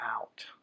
out